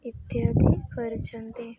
ଇତ୍ୟାଦି କରୁଛନ୍ତି